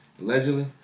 Allegedly